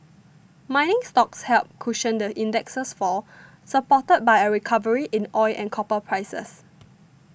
mining stocks helped cushion the index's fall supported by a recovery in oil and copper prices